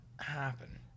happen